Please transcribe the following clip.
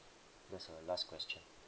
just a last question